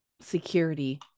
security